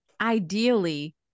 ideally